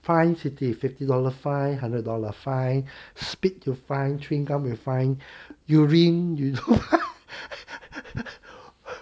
fine city fifty dollar fine hundred dollar fine spit 就 fine chewing gum 也 fine urine 也